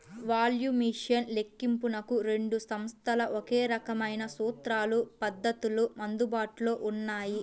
valuation లెక్కింపునకు రెండు సంస్థలకు ఒకే రకమైన సూత్రాలు, పద్ధతులు అందుబాటులో ఉన్నాయి